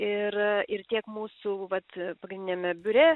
ir ir tiek mūsų vat pagrindiniame biure